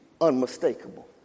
unmistakable